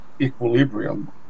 equilibrium